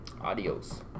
adios